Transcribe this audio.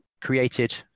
created